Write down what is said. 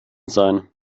sein